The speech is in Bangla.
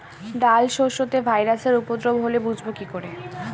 ডাল শস্যতে ভাইরাসের উপদ্রব হলে বুঝবো কি করে?